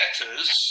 letters